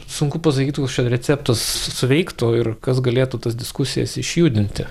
sunku pasakyti koks čia receptas suveiktų ir kas galėtų tas diskusijas išjudinti